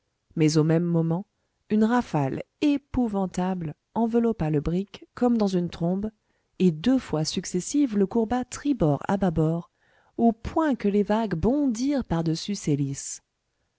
mais au même moment une rafale épouvantable enveloppa le brick comme dans une trombe et deux fois successives le courba tribord à bâbord au point que les vagues bondirent par-dessus ses lisses